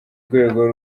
rwego